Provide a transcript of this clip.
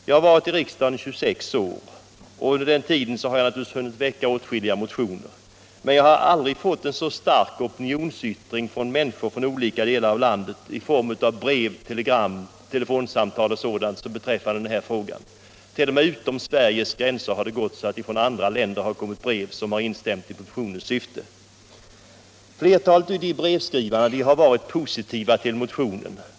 Jag har varit i riksdagen i 26 år nu och under denna tid naturligtvis hunnit väcka åtskilliga motioner, men jag har aldrig fått en så stark opinionsyttring från människor i olika delar av landet i form av brev, telegram, telefonsamtal osv. som i denna fråga —t.o.m. från folk utanför Sveriges gränser har det kommit brev, vari man instämt i motionens syfte. Flertalet av brevskrivarna har varit positiva till motionen.